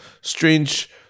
strange